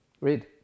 Read